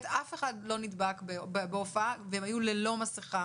אף אחד לא נדבק בהופעה והם היו ללא מסכה.